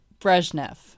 Brezhnev